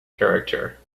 character